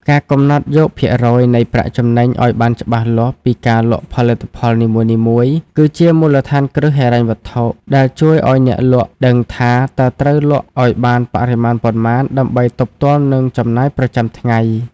ការកំណត់យកភាគរយនៃប្រាក់ចំណេញឱ្យបានច្បាស់លាស់ពីការលក់ផលិតផលនីមួយៗ គឺជាមូលដ្ឋានគ្រឹះហិរញ្ញវត្ថុដែលជួយឱ្យអ្នកលក់ដឹងថា តើត្រូវលក់ឱ្យបានបរិមាណប៉ុន្មានដើម្បីទប់ទល់នឹងចំណាយប្រចាំថ្ងៃ។